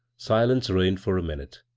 silence reigned for a minute,